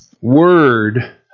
word